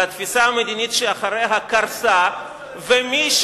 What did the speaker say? והתפיסה המדינית שאחריה קרסה ומי,